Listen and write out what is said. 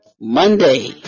Monday